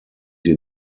sie